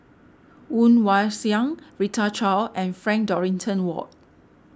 Woon Wah Siang Rita Chao and Frank Dorrington Ward